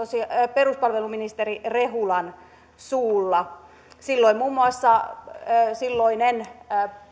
peruspalveluministeri rehulan suulla silloin muun muassa silloinen